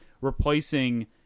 replacing